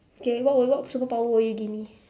K what would what superpower will you give me